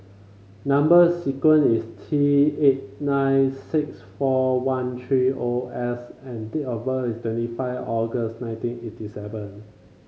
number sequence is T eight nine six four one three O S and date of birth is twenty five August nineteen eighty seven